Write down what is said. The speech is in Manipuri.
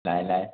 ꯂꯥꯛꯑꯦ ꯂꯥꯛꯑꯦ